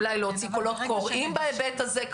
אולי להוציא קולות קוראים בהיבט הזה,